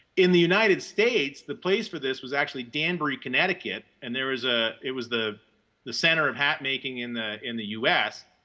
in the united states, the place for this was actually danbury, connecticut and there was, ah it was the the center of hat-making in the in the u s.